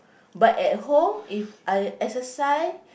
but at home If I exercise